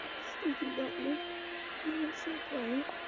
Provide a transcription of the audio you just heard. stinking black mud. and he went so quiet.